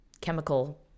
chemical